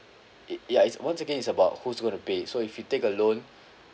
it ya it's once again is about who's going to pay so if you take a loan